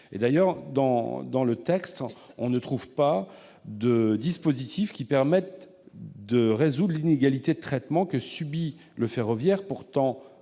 D'ailleurs, dans le texte, on ne trouve pas de dispositif qui permette de résoudre l'inégalité de traitement que subit le transport ferroviaire, pourtant